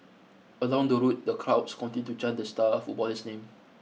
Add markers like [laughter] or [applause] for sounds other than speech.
along the route the crowds [unintelligible] to chant the star footballer's name